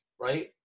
right